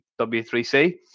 W3C